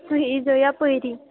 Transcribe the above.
تُہۍ یِزیو یپٲری